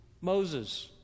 Moses